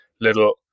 little